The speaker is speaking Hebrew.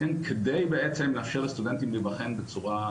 כדי לאפשר לסטודנטים להיבחן בצורה